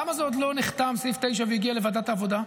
למה סעיף 9 עוד לא נחתם והגיע לוועדת העבודה?